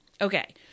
Okay